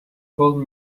told